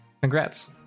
Congrats